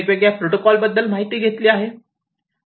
आपण वेगवेगळ्या प्रोटोकॉल बद्दल माहिती घेतली आहे